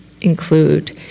include